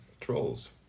trolls